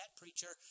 preacher